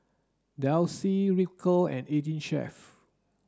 Delsey Ripcurl and Eighteen Chef